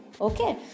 Okay